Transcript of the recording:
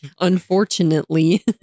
Unfortunately